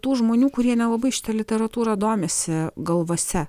tų žmonių kurie nelabai šita literatūra domisi galvose